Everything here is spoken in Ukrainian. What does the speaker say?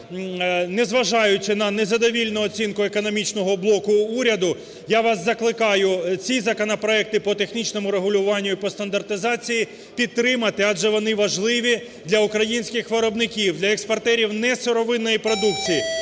незважаючи на незадовільну оцінку економічного блоку уряду, я вас закликаю ці законопроекти по технічному регулюванню і по стандартизації підтримати, адже вони важливі для українських виробників, для експортерів несировинної продукції.